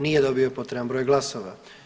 Nije dobio potreban broj glasova.